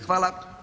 Hvala.